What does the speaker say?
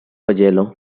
hielo